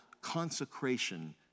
consecration